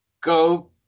Go